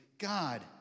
God